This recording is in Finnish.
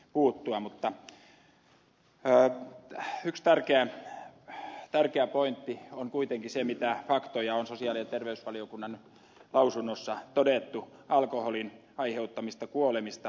mutta yksi tärkeä pointti on kuitenkin se mitä faktoja on sosiaali ja terveysvaliokunnan lausunnossa todettu alkoholin aiheuttamista kuolemista